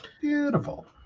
Beautiful